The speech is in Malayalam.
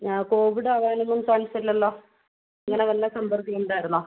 ആ കോവിഡ് ആകാനൊന്നും ചാൻസില്ലല്ലോ അങ്ങനെ വല്ല സമ്പർക്കവും ഉണ്ടായിരുന്നോ